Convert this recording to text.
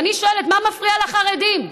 ואני שואלת: מה מפריע לחרדים?